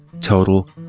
total